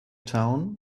town